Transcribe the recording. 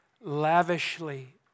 lavishly